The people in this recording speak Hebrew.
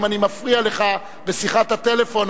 אם אני מפריע לך בשיחת הטלפון,